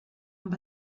amb